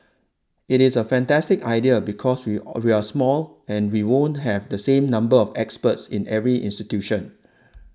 it is a fantastic idea because we all we're small and we won't have the same number of experts in every institution